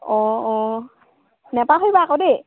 অঁ অঁ নাপাহৰিবা আকৌ দেই